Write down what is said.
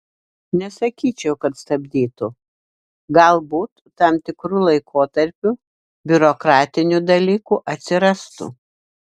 nesakyčiau kad stabdytų galbūt tam tikru laikotarpiu biurokratinių dalykų atsirastų